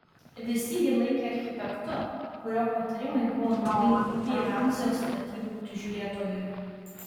visi jį laikė architektu kurio patarimai buvo naudingi pi ramzio statybų prižiūrėtojui